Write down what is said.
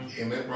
Amen